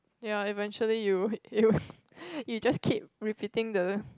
ya eventually you you you just keep repeating the